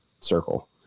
circle